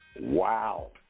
Wow